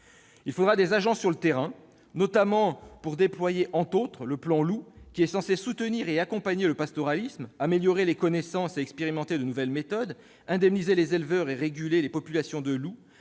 Il faudra des agents sur le terrain, notamment pour déployer le plan Loup, qui est censé soutenir et accompagner le pastoralisme, améliorer les connaissances et expérimenter de nouvelles méthodes, indemniser les éleveurs et réguler les populations de loups